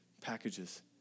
packages